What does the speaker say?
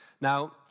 Now